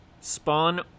Spawn